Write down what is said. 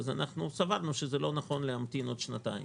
אנחנו סברנו שלא נכון להמתין עוד שנתיים.